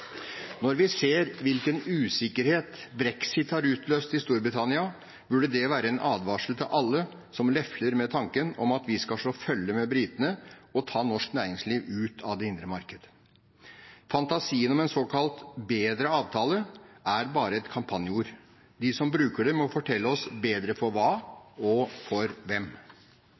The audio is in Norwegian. Når vi ser hvilken usikkerhet brexit har utløst i Storbritannia, burde det være en advarsel til alle som lefler med tanken om at vi skal slå følge med britene og ta norsk næringsliv ut av det indre marked. Fantasien om en såkalt bedre avtale er bare kampanjeord. De som bruker dem, må fortelle oss: Bedre for hva, og for hvem?